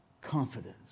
confidence